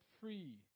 free